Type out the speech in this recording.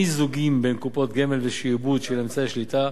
מיזוגים בין קופות גמל ושעבוד של אמצעי שליטה.